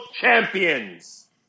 champions